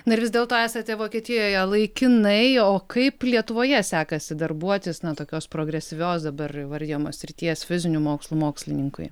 na ir vis dėlto esate vokietijoje laikinai o kaip lietuvoje sekasi darbuotis na tokios progresyvios dabar įvardijamos srities fizinių mokslų mokslininkui